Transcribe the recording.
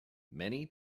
many